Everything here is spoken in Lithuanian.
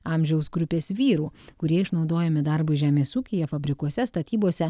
amžiaus grupės vyrų kurie išnaudojami darbui žemės ūkyje fabrikuose statybose